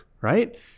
right